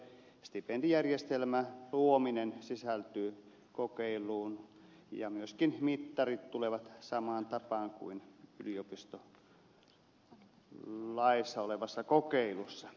stipendijärjestelmän luominen sisältyy kokeiluun ja myöskin mittarit tulevat samaan tapaan kuin yliopistolaissa olevassa kokeilussa